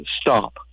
stop